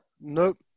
Nope